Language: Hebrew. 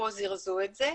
פה זירזו את זה.